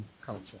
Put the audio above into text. culture